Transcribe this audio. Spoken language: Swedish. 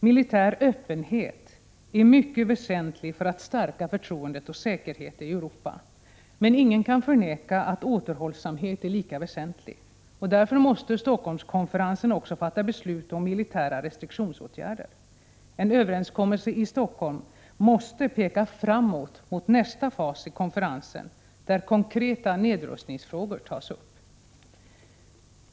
Militär öppenhet är mycket väsentlig för att stärka förtroende och säkerhet i Europa. Men ingen kan förneka att återhållsamhet är lika väsentlig. Därför måste Helsingforsskonferensen också fatta beslut om militära restriktionsåtgärder. En överenskommelse i Helsingfors måste peka framåt mot nästa fas i konferensen, där konkreta nedrustningsfrågor tas upp.